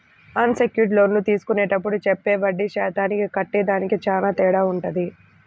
అన్ secured లోన్లు తీసుకునేప్పుడు చెప్పే వడ్డీ శాతానికి కట్టేదానికి చానా తేడా వుంటది